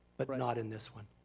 but but not in this one.